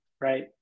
right